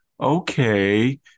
Okay